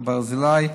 ברזילי,